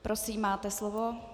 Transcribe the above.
Prosím, máte slovo.